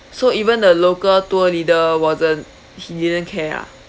so even the local tour leader wasn't he didn't care lah